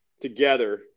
together